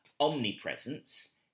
omnipresence